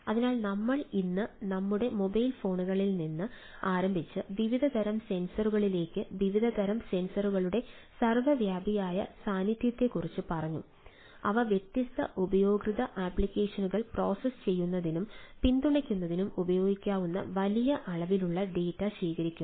അതിനാൽ നമ്മൾ ഇന്ന് നമ്മുടെ മൊബൈൽ ഫോണുകളിൽ നിന്ന് ആരംഭിച്ച് വിവിധ തരം സെൻസറുകളിലേക്ക് വിവിധ തരം സെൻസറുകളുടെ സർവ്വവ്യാപിയായ സാന്നിധ്യത്തെക്കുറിച്ച് പറഞ്ഞു അവ വ്യത്യസ്ത ഉപയോക്തൃ ആപ്ലിക്കേഷനുകൾ പ്രോസസ്സ് ചെയ്യുന്നതിനും പിന്തുണയ്ക്കുന്നതിനും ഉപയോഗിക്കാവുന്ന വലിയ അളവിലുള്ള ഡാറ്റ ശേഖരിക്കുന്നു